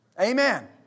Amen